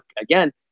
again